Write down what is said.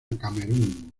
camerún